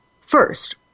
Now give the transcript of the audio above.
First